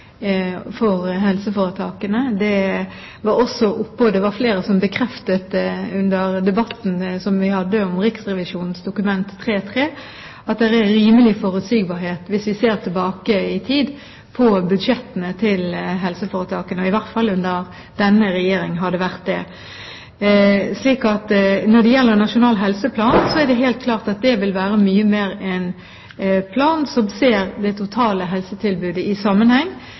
for helseforetakene. Det var også flere som under debatten vi hadde om Riksrevisjonens Dokument 3:3 for 2009–2010 bekreftet at det er en rimelig forutsigbarhet når det gjelder budsjettene til helseforetakene hvis vi ser tilbake i tid – i hvert fall har det vært det under denne regjeringen. Når det gjelder Nasjonal helseplan, er det helt klart at det mye mer vil være en plan som ser det totale helsetilbudet i